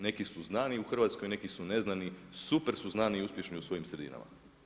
Neki su znani u Hrvatskoj, neki su neznani, super su znani i uspješni u svojim sredinama.